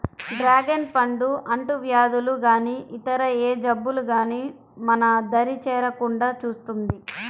dragon పండు అంటువ్యాధులు గానీ ఇతర ఏ జబ్బులు గానీ మన దరి చేరకుండా చూస్తుంది